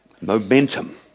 Momentum